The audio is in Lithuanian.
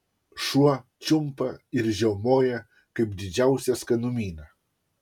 šuo čiumpa ir žiaumoja kaip didžiausią skanumyną